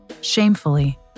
Shamefully